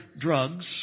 drugs